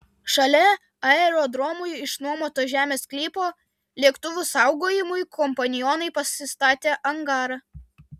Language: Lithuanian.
šalia aerodromui išnuomoto žemės sklypo lėktuvų saugojimui kompanionai pasistatė angarą